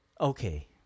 okay